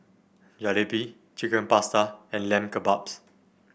Jalebi Chicken Pasta and Lamb Kebabs